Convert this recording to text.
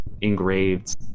engraved